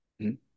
-hmm